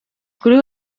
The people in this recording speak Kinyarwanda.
kuri